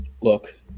look